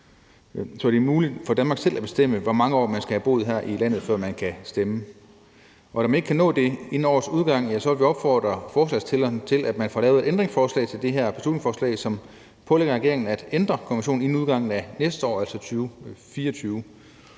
så det er muligt for Danmark selv at bestemme, hvor mange år man skal have boet her i landet, før man kan stemme. Når man ikke kan nå at sørge for det inden årets udgang, vil vi opfordre forslagsstillerne til, at man til det her beslutningsforslag får lavet et ændringsforslag, som pålægger regeringen at ændre konventionen inden udgangen af næste år, altså 2024.